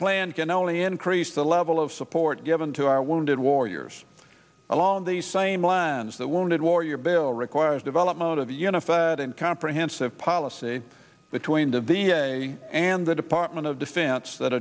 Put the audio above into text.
plan can only increase the level of support given to our wounded warriors along the same lines the wounded warrior bill requires development of the unified and comprehensive policy between the v a and the department of defense that